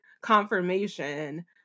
confirmation